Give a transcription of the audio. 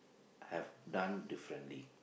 have done differently